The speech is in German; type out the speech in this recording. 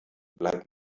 bleibt